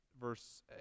verse